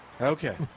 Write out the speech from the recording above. Okay